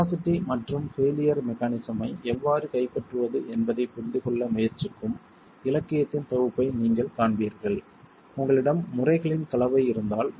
capacity மற்றும் failure mechanism ஐ எவ்வாறு கைப்பற்றுவது என்பதைப் புரிந்துகொள்ள முயற்சிக்கும் இலக்கியத்தின் தொகுப்பை நீங்கள் காண்பீர்கள் உங்களிடம் முறைகளின் கலவை இருந்தால்